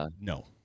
no